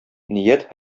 ният